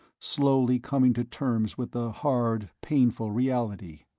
slowly coming to terms with the hard, painful reality.